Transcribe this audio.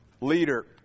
leader